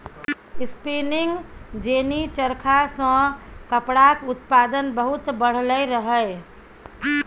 spinning jenny चरखा सँ कपड़ाक उत्पादन बहुत बढ़लै रहय